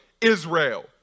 Israel